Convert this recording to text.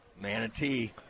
Manatee